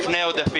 כן.